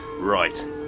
Right